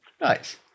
Nice